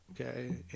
Okay